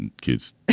Kids